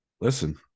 listen